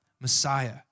Messiah